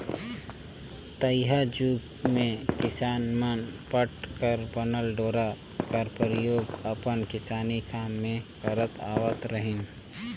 तइहा जुग मे किसान मन पट कर बनल डोरा कर परियोग अपन किसानी काम मे करत आवत रहिन